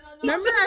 Remember